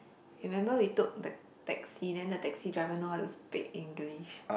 remember we took the taxi then the taxi driver know how to speak English